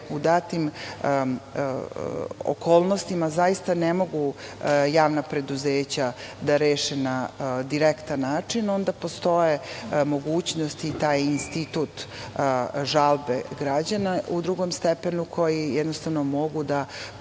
u datim okolnostima zaista ne mogu javna preduzeća da reše, na direktan način, onda postoje mogućnosti i taj institut žalbe građana u drugom stepenu, koji jednostavno mogu da